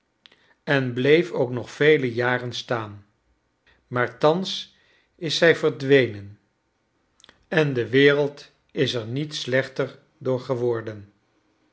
en bleef ook nog vele iaren staan maar thans is zij verdwenen en de vereld is er niet slechter door geworden